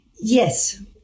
Yes